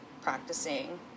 practicing